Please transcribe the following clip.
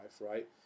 right